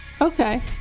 Okay